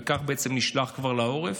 וכך בעצם נשלח כבר לעורף.